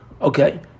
okay